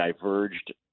diverged